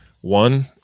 One